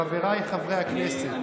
חבריי חברי הכנסת.